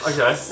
Okay